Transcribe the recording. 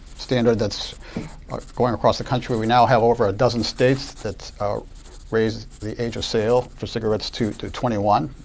standard that's going across the country. we now have over a dozen states that are raising the age of sale for cigarettes to to twenty one,